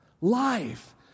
Life